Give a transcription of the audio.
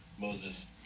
Moses